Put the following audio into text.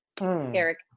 Eric